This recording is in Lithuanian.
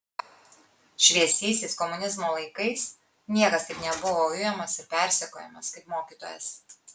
šviesiaisiais komunizmo laikais niekas taip nebuvo ujamas ir persekiojamas kaip mokytojas